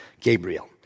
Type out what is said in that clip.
Gabriel